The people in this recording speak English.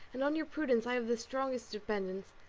and on your prudence i have the strongest dependence.